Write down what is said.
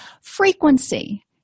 Frequency